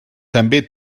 també